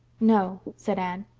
no, said anne.